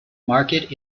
market